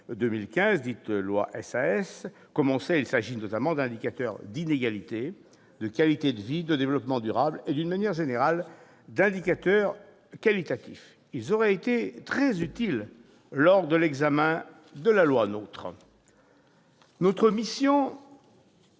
2015, ou loi Sas. Comme on sait, il s'agit notamment d'indicateurs d'inégalités, de qualité de vie, de développement durable et, d'une manière générale, d'indicateurs qualitatifs. Ils auraient été très utiles lors de l'examen de la loi NOTRe ! Notre « mission